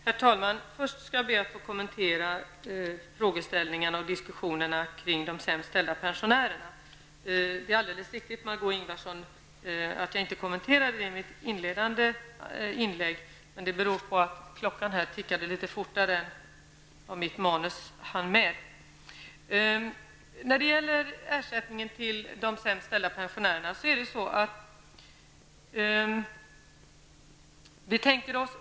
Herr talman! Först skall jag be att få kommentera frågeställningarna och diskussionerna kring de sämst ställda pensionärerna. Det är alldeles riktigt, Margó Ingvardsson, att jag inte kommenterade det i mitt inledande inlägg. Det beror på att klockan tickade så fort och att mitt manus var så långt. När det gäller ersättningen till de sämst ställda pensionärerna vill jag säga följande.